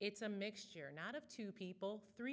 it's a mixture not of two people three